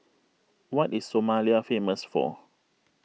what is Somalia famous for